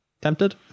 tempted